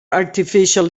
artificial